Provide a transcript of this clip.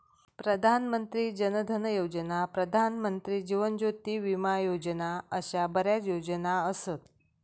प्रधान मंत्री जन धन योजना, प्रधानमंत्री जीवन ज्योती विमा योजना अशा बऱ्याच योजना असत